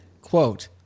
quote